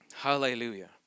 Hallelujah